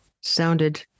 sounded